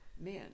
men